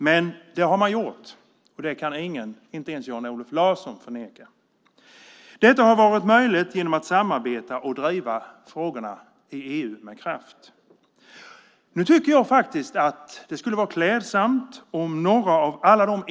Men det har man gjort, och det kan ingen, inte ens Jan-Olof Larsson förneka. Detta har varit möjligt genom att man samarbetar och driver frågorna i EU med kraft.